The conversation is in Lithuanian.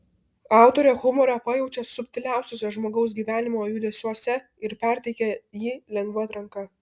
autorė humorą pajaučia subtiliausiuose žmogaus gyvenimo judesiuose ir perteikia jį lengva ranka